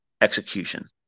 execution